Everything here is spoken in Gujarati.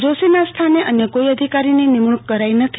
જોશીના સ્થાને અન્ય કોઈ અધિકારીની નિમણૂંક કરાઈ નથી